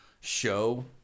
show